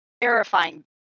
terrifying